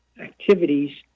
activities